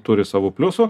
turi savų pliusų